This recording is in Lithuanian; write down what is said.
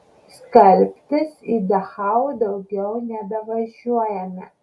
skalbtis į dachau daugiau nebevažiuojame